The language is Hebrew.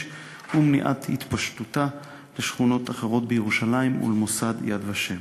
ומניעת התפשטותה לשכונות אחרות בירושלים ולמוסד "יד ושם".